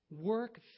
Work